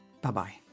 Bye-bye